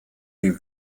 den